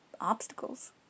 obstacles